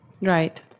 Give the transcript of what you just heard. Right